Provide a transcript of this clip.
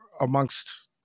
amongst